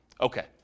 Okay